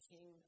King